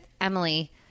Emily